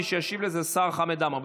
מי שישיב זה השר חמד עמאר.